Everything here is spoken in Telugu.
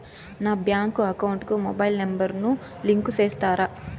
నా బ్యాంకు అకౌంట్ కు మొబైల్ నెంబర్ ను లింకు చేస్తారా?